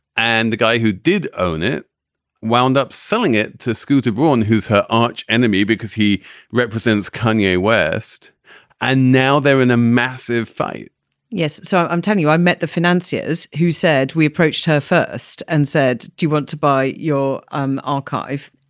and the guy who did own it wound up selling it to scooter braun, who's her arch enemy, because he represents kanye's worst and now they're in a massive fight yes. so i'm telling you, i met the financiers who said we approached her first and said, do you want to buy your um archive?